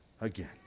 again